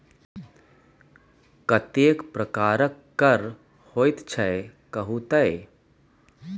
कतेक प्रकारक कर होइत छै कहु तए